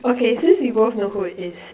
okay since you both know who it is